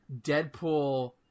Deadpool